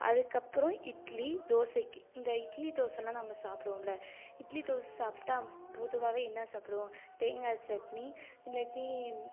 அதுக்கப்புறம் இட்லி தோசைக்கு இந்த இட்லி தோசை எல்லாம் நம்ம சாப்பிட்றோம்ல இட்லி தோசை சாப்பிட்டா பொதுவாகவே என்ன சாப்பிடுவோம் தேங்காய்ச் சட்னி இல்லாட்டி